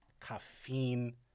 caffeine